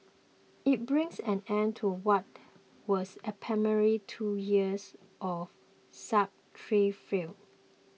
it brings an end to what was apparently two years of